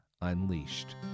Unleashed